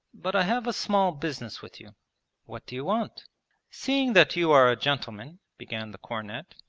but i have a small business with you what do you want seeing that you are a gentleman began the cornet,